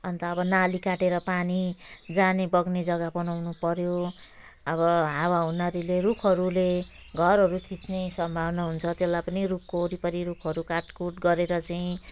अन्त अब नाली काटेर पानी जाने बग्ने जगा बनाउनु पऱ्यो अब हावा हुण्डरीले रुखहरूले घरहरू थिच्ने सम्भावना हुन्छ त्यसलाई पनि रुखको वरिपरि रुखहरू काट कुट गरेर चाहिँ